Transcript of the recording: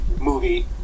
movie